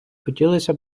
хотілося